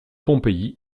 pompéi